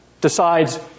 decides